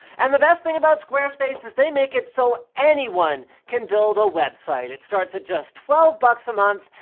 and the best thing about squarespace is they make it so anyone can build a website, it starts at just twelve bucks a month,